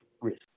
risk